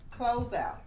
closeout